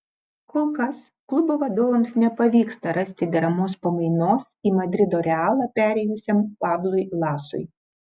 kol kas klubo vadovams nepavyksta rasti deramos pamainos į madrido realą perėjusiam pablui lasui